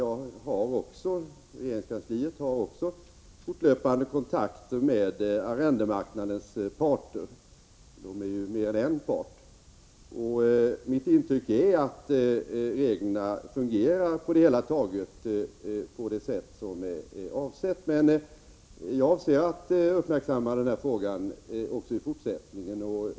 Regeringskansliet har fortlöpande kontakter med arrendemarknadens parter. Mitt intryck är att reglerna på det hela taget fungerar på det vis som är avsett. Jag ämnar emellertid uppmärksamma frågan också i fortsättningen.